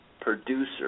producer